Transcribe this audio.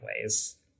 ways